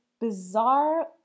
bizarre